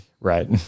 Right